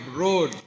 road